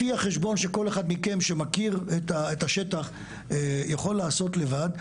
לפי החשבון שכל אחד מכם שמכיר את השטח יכול לעשות לבד,